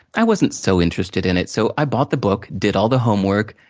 i wasn't so interested in it. so, i bought the book, did all the homework,